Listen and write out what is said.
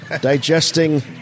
Digesting